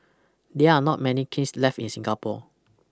there are not many kilns left in Singapore